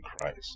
Christ